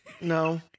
no